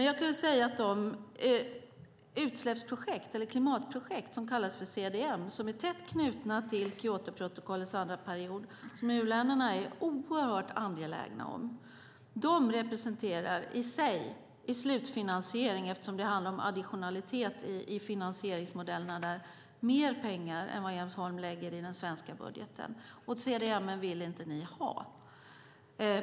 Jag kan dock säga att de klimatprojekt som kallas CDM, som är tätt knutna till Kyotoprotokollets andra period och som u-länderna är mycket angelägna om, i slutfinansiering, eftersom det handlar om additionalitet i finansieringsmodellerna där, representerar mer pengar än vad Jens Holm lägger i den svenska budgeten. Men CDM vill ni inte ha.